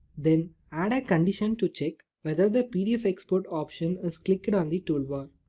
then add a condition to check whether the pdf export option is clicked on the toolbar.